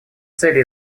цели